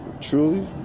Truly